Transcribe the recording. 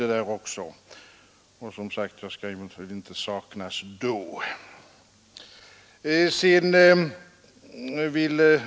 Jag skall, som sagt, inte saknas då.